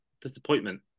disappointment